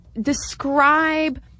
describe